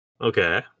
Okay